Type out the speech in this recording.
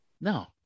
No